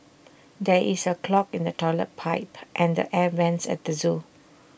there is A clog in the Toilet Pipe and the air Vents at the Zoo